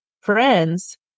friends